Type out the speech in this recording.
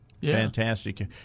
Fantastic